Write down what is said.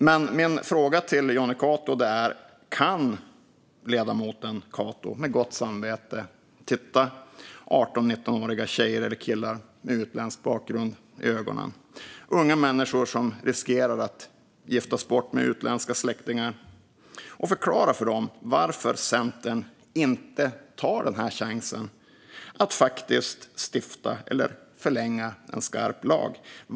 Men min fråga till Jonny Cato är: Kan ledamoten Cato med gott samvete titta 18-19-åriga tjejer eller killar med utländsk bakgrund i ögonen, unga människor som riskerar att giftas bort med utländska släktingar, och förklara för dem varför Centern inte tar denna chans att faktiskt förlänga en skarp lag?